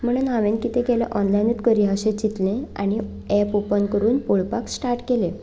म्हणून हांवें किदें केलें ऑनलायनूच करुया अशें चिंतलें आनी एप ओपन करून पळोपाक स्टार्ट केलें